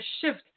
shift